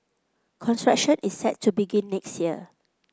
construction is set to begin next year